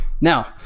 Now